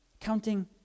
counting